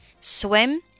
swim